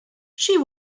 she